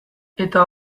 eta